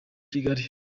kigali